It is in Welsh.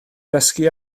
dysgu